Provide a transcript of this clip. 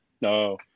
No